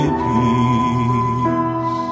peace